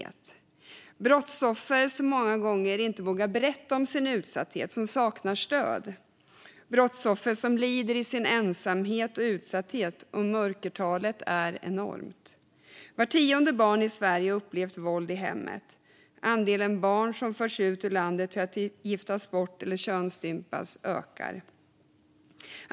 Det handlar om brottsoffer som många gånger inte vågar berätta om sin utsatthet och som saknar stöd. Det är brottsoffer som lider i sin ensamhet och utsatthet. Mörkertalet är enormt. Vart tionde barn i Sverige har upplevt våld i hemmet. Andelen barn som förs ut ur landet för att giftas bort eller könsstympas ökar.